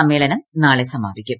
സമ്മേളനം നാളെ സമാപിക്കും